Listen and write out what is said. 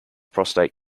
prostate